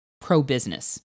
pro-business